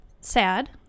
sad